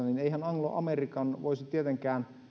anglo american voisi tietenkään